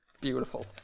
Beautiful